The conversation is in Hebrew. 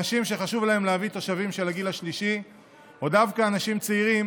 אנשים שחשוב להם להביא תושבים של הגיל השלישי או דווקא אנשים צעירים